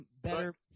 better